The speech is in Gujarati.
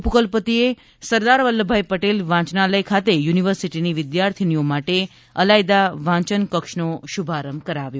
ઉપકુલપતિએ સરદાર વલ્લભભાઈ પટેલ વાચનાલય ખાતે યુનિવર્સિટીની વિદ્યાર્થીનીઓ માટે અલાયદા વાંચન કક્ષનો શુભારંભ કરાવ્યો